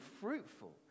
fruitful